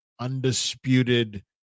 Undisputed